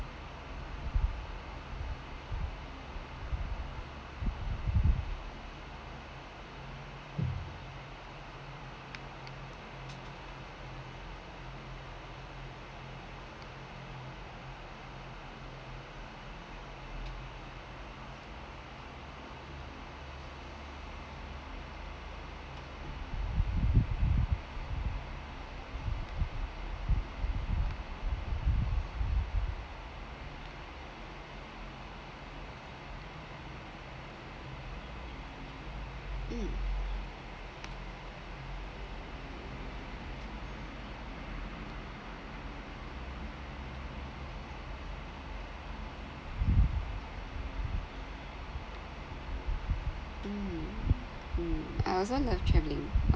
mm mm I also love travelling